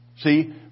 See